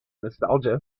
nostalgia